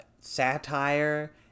satire